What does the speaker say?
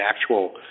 actual